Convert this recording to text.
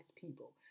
people